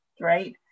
right